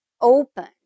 open